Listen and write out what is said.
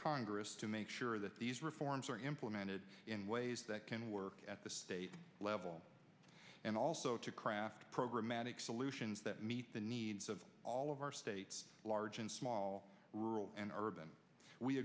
congress to make sure that these reforms are implemented in ways that can work at the state level and also to craft programatic solutions that meet the needs of all of our states large and small rural and urban we